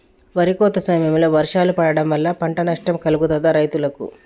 వరి కోత సమయంలో వర్షాలు పడటం వల్ల పంట నష్టం కలుగుతదా రైతులకు?